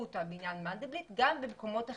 אותה בעניין מנדלבליט גם במקומות אחרים.